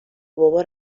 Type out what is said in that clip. بابا